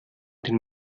den